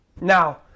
Now